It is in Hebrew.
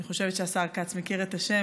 אני חושבת שהשר כץ מכיר את השם,